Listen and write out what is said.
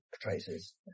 traces